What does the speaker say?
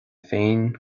féin